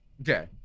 Okay